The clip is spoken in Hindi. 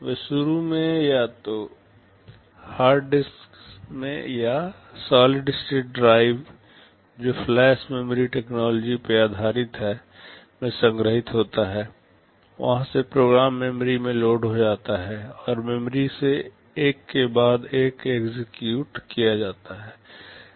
वे शुरू में या तो हार्ड डिस्क में या सॉलिड स्टेट ड्राइव जो फ्लैश मेमोरी टेक्नोलॉजी पे आधारित है में संग्रहीत होता है वहां से प्रोग्राम मेमोरी में लोड हो जाता है और मेमोरी से एक के बाद एक एक्ज़िक्युट किया जाता है